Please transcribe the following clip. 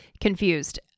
confused